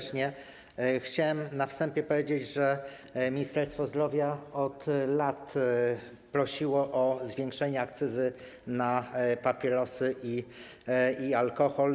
Chciałem na wstępie powiedzieć, że Ministerstwo Zdrowia od lat prosiło o zwiększenie akcyzy na papierosy i alkohol.